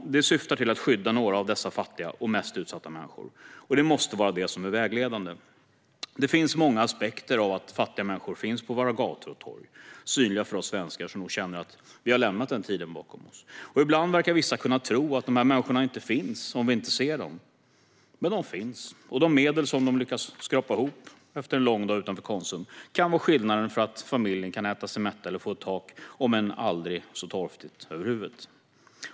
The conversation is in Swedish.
Det syftar till att skydda några av dessa fattiga och mest utsatta människor, och det måste vara det som är vägledande. Det finns många aspekter av att fattiga människor finns på våra gator och torg, synliga för oss svenskar, som nog känner att vi har lämnat den tiden bakom oss. Ibland verkar vissa kunna tro att dessa människor inte finns om vi inte ser dem. Men de finns. Och de medel de lyckas skrapa ihop under en lång dag utanför Konsum kan göra skillnad för att familjen ska kunna äta sig mätt eller få ett tak, om än aldrig så torftigt, över huvudet.